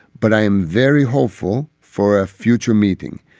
but i am very hopeful for a future meeting.